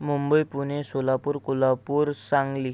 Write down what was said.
Mumbai Pune Solapur Kolhapur Sangli